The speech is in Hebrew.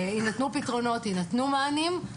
יינתנו פתרונות ויינתנו מענים.